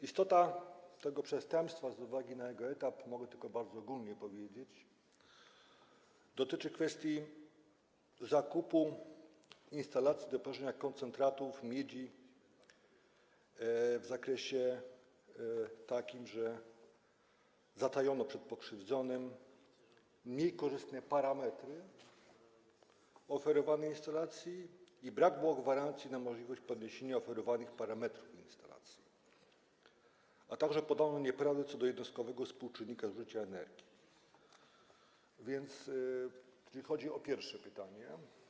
Istota tego przestępstwa - z uwagi na etap śledztwa mogę tylko bardzo ogólnie powiedzieć - dotyczy kwestii zakupu instalacji do położenia koncentratów miedzi w takim zakresie, że zatajono przed pokrzywdzonym niekorzystne parametry oferowanej instalacji i brak było gwarancji na możliwość podniesienia oferowanych parametrów instalacji, a także podano nieprawdę co do jednostkowego współczynnika zużycia energii, więc tyle, jeżeli chodzi o pierwsze pytanie.